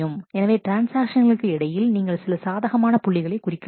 எனவே ட்ரான்ஸ்ஆக்ஷன்களுக்கு இடையில் நீங்கள் சில சாதகமான புள்ளிகளை குறிக்கலாம்